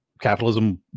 capitalism